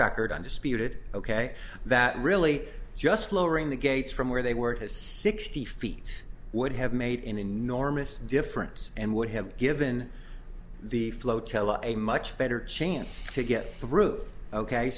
record undisputed ok that really just lowering the gates from where they were has sixty feet would have made an enormous difference and would have given the float a much better chance to get through ok